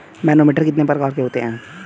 Manometer कितने प्रकार के होते हैं?